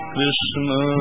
Krishna